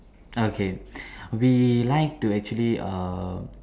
okay we like to actually um